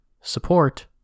support